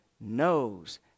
knows